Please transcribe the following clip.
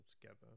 together